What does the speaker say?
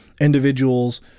individuals